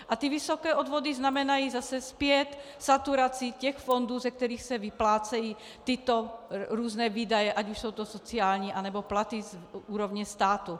A ty vysoké odvody znamenají zase zpět saturaci těch fondů, ze kterých se vyplácejí tyto různé výdaje, ať už jsou to sociální, nebo platy z úrovně státu.